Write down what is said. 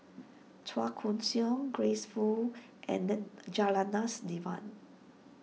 Chua Koon Siong Grace Fu and Janadas Devan